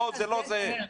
זה לא זהה.